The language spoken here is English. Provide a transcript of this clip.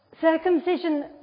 Circumcision